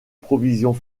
provisions